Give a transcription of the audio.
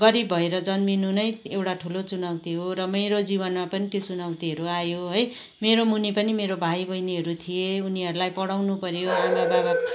गरिब भएर जन्मिनु नै एउटा ठुलो चुनौती हो र मेरो जीवनमा पनि त्यो चुनौतीहरू आयो है मेरो मुनि पनि मेरो भाइ बहिनीहरू थिए उनीहरूलाई पढाउनु पऱ्यो आमा बाबा